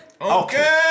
Okay